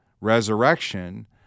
resurrection